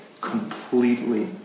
completely